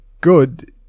good